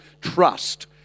trust